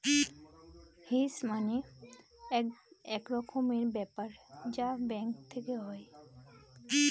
hedge মানে এক রকমের ব্যাপার যা ব্যাঙ্ক থেকে হয়